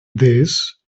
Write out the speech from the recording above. this